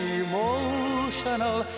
emotional